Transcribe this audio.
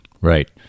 Right